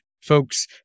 folks